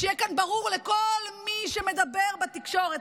שיהיה כאן ברור לכל מי שמדבר בתקשורת,